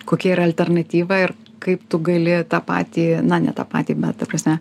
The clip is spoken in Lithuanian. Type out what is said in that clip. kokia yra alternatyva ir kaip tu gali tą patį na ne tą patį bet ta prasme